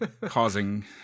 causing